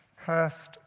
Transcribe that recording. Cursed